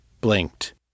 blinked